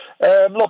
Look